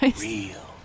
Real